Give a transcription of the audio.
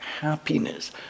happiness